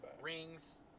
Rings